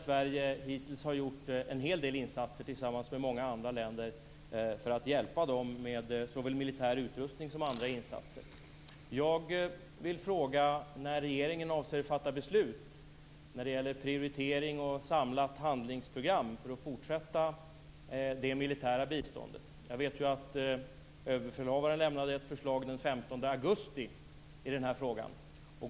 Sverige har hittills gjort en hel del insatser tillsammans med många andra länder för att hjälpa dem med såväl militär utrustning som andra insatser. Överbefälhavaren lämnade ett förslag den 15 augusti i denna fråga.